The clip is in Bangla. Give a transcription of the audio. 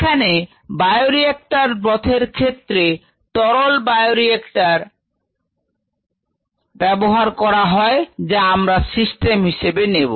এখানে বায়োরিএক্টর ব্রথের ক্ষেত্রে তরল বায়োরিক্টর ব্যবহার করা হয় যা আমরা সিস্টেম হিসেবে নেব